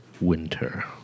Winter